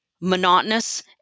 monotonous